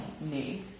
knee